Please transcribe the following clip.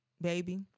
baby